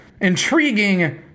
intriguing